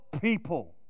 people